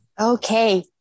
Okay